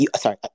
Sorry